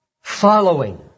following